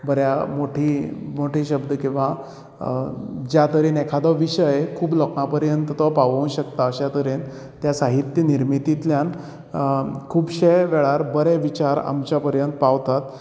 बऱ्या मोठी मोठ्या शब्दान किंवां ज्या तरेन एकादो विशय खूब लोकां पर्यंत तो पळोवंक शकता अश्या तरेन त्या साहित्य निर्मितींतल्यान खुबशें वेळार बरें विचार आमच्या पर्यंत पावतात